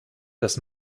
das